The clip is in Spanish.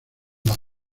las